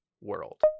world